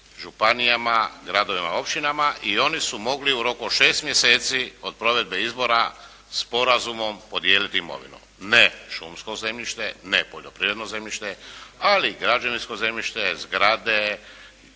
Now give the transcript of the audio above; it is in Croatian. županijama, gradovima, općinama i oni su mogli u roku od 6 mjeseci od provedbe izbora sporazumom podijeliti imovinu. Ne šumsko zemljište, ne poljoprivredno zemljište, ali građevinsko zemljište, zgrade,